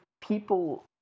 people